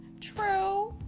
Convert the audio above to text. True